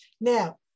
Now